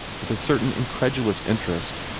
with a certain incredulous interest,